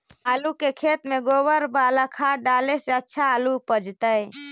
आलु के खेत में गोबर बाला खाद डाले से अच्छा आलु उपजतै?